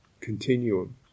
continuum